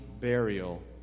burial